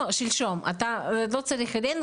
לא אתה לא צריך לפנות אלינו,